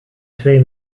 twee